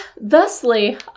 thusly